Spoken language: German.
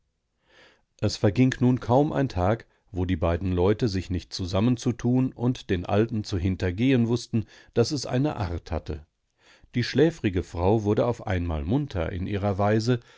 es verging nun kaum ein tag wo die zwei leute sich nicht zusammenzutun und den alten zu hintergehen wußten daß es eine art hatte die schläfrige frau wurde auf einmal munter in ihrer weise